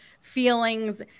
feelings